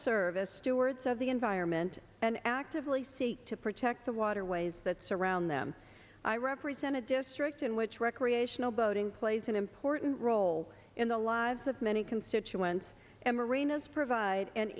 service stewards of the environment and actively seek to protect the waterways that surround them i represent a district in which recreational boating plays an important role in the lives of many constituents and marinas provide an